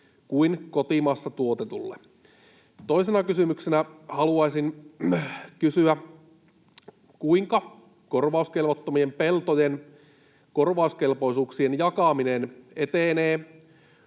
kuin kotimaassa tuotetuille? Toisena kysymyksenä haluaisin kysyä: Kuinka korvauskelvottomien peltojen korvauskelpoisuuksien jakaminen etenee?